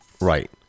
right